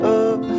up